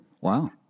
Wow